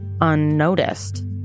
unnoticed